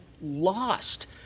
lost